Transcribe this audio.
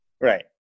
Right